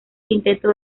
quinteto